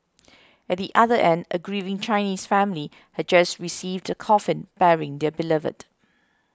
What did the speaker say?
at the other end a grieving Chinese family had just received the coffin bearing their beloved